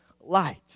light